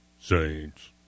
saints